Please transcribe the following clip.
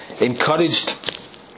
encouraged